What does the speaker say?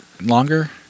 longer